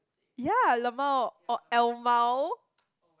ya lmao or L mao